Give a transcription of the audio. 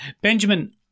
Benjamin